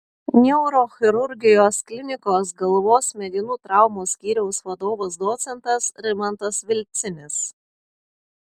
neurochirurgijos klinikos galvos smegenų traumų skyriaus vadovas docentas rimantas vilcinis